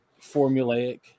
formulaic